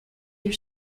year